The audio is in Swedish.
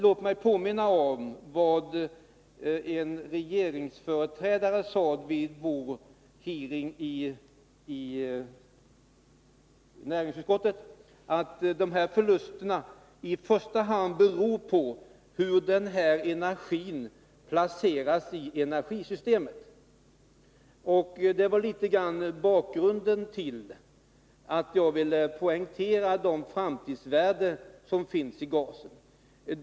Låt mig då påminna om vad en regeringsföreträdare sade vid vår hearing i näringsutskottet, nämligen att dessa förluster i första hand bestäms av hur energin placeras i energisystemet. Det uttalandet var i viss mån bakgrunden till att jag ville poängtera de framtidsvärden som finns i gasen.